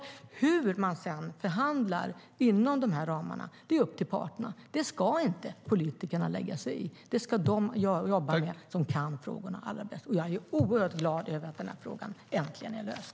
Hur man sedan förhandlar inom de här ramarna är upp till parterna. Det ska inte politikerna lägga sig i, utan det ska de som kan frågorna bäst göra. Jag är oerhört glad över att den här frågan äntligen är löst.